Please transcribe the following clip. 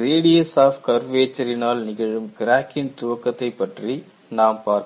radius of கர்வேச்சரினால் நிகழும் கிராக்கின் துவக்கத்தை பற்றி நாம் பார்க்கலாம்